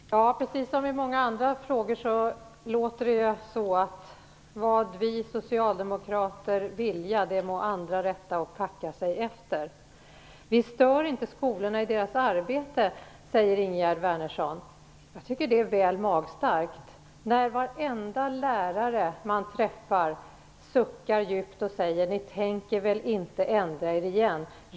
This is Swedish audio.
Herr talman! Precis som i många andra frågor låter det så här: Vad vi socialdemokrater vilja det må andra rätta sig efter. Vi stör inte skolorna i deras arbete, säger Ingegerd Wärnersson. Jag tycker att det är väl magstarkt, när varenda lärare man träffar suckar djupt och säger: Ni tänker väl inte ändra er igen!